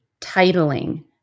titling